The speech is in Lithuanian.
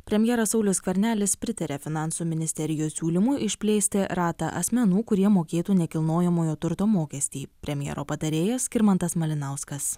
premjeras saulius skvernelis pritarė finansų ministerijos siūlymui išplėsti ratą asmenų kurie mokėtų nekilnojamojo turto mokestį premjero patarėjas skirmantas malinauskas